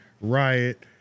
Riot